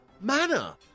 manner